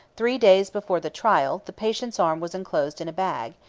three days before the trial, the patient's arm was enclosed in a bag,